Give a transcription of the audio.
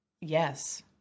Yes